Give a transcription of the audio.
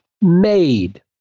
made